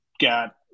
got